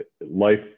life